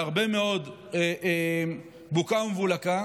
להרבה מאוד בוקה ומבולקה,